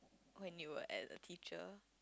when you were as a teacher